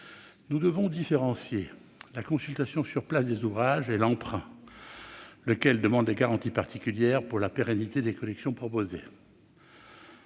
Nous devons différencier la consultation sur place des ouvrages et l'emprunt, lequel demande des garanties particulières pour assurer la pérennité des collections proposées.